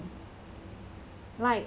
like